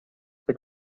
que